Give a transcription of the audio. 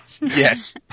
Yes